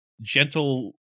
gentle